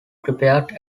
prepared